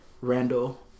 Randall